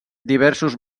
diversos